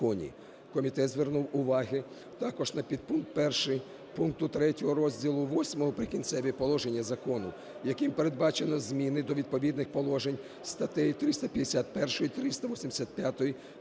Комітет звернув увагу також на підпункт 1 пункту 3 розділу ХІІІ "Прикінцеві положення" закону, яким передбачено зміни до відповідних положень статей 351, 385